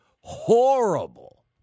horrible